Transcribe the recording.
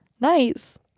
Nice